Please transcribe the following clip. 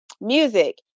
music